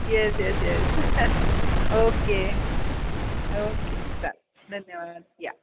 yes yes yes okay okay चल धन्यवाद या